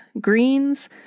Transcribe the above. greens